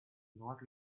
not